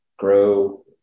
grow